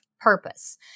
purpose